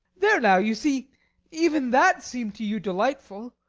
there now you see even that seemed to you delightful.